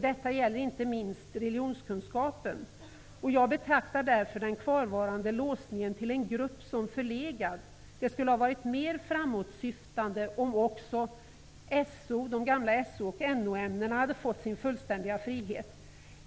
Det gäller inte minst religionskunskapen. Jag betraktar därför den kvarvarande låsningen till en grupp som förlegad. Det skulle ha varit mer framåtsyftande om också de gamla SO och NO-ämnena hade fått sin fullständiga frihet.